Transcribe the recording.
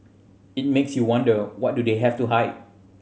it makes you wonder what do they have to hide